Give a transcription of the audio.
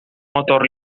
motor